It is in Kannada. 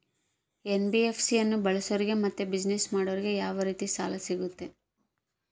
ಎನ್.ಬಿ.ಎಫ್.ಸಿ ಅನ್ನು ಬಳಸೋರಿಗೆ ಮತ್ತೆ ಬಿಸಿನೆಸ್ ಮಾಡೋರಿಗೆ ಯಾವ ರೇತಿ ಸಾಲ ಸಿಗುತ್ತೆ?